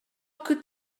could